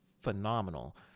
phenomenal